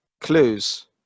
clues